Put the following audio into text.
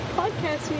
podcast